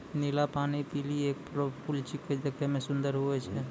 नीला पानी लीली एक प्रकार रो फूल छेकै देखै मे सुन्दर हुवै छै